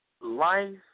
Life